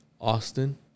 Austin